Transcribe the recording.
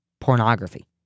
pornography